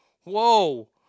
Whoa